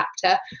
chapter